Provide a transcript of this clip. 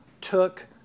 took